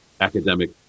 academic